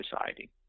society